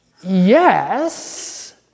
yes